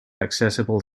accessible